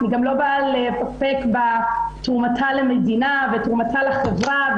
אני גם לא באה לפקפק בתרומתה למדינה ותרומתה לחברה,